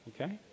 Okay